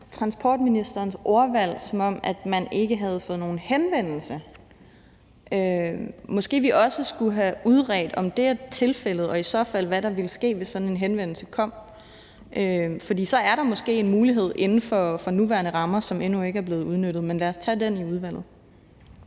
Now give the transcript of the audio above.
transportministerens ordvalg på den måde, at man ikke havde fået nogen henvendelse. Så måske vi også skal have udredt, om det er tilfældet, og i så tilfælde, hvad der vil ske, hvis der kom sådan en henvendelse. For så er der måske en mulighed inden for de nuværende rammer, som endnu ikke er blevet udnyttet. Men lad os tage det i udvalget.